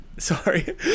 Sorry